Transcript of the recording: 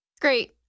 Great